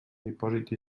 dipòsit